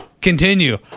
continue